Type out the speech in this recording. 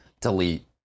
delete